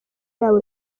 yabo